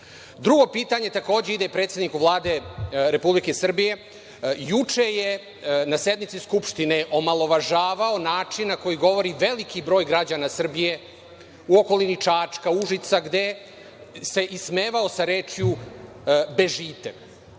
pitanje takođe ide predsedniku Vlade Republike Srbije. Juče je na sednici Skupštine omalovažavao način na koji govori veliki broj građana Srbije u okolini Čačka, Užica, gde se ismevao sa rečju „bežite“,